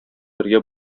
бергә